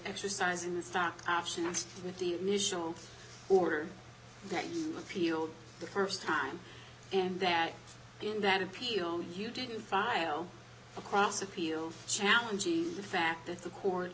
exercising the stock options with the initial order that you appealed the st time and that in that appeal you didn't file across appeal challenging the fact that the court